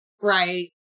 Right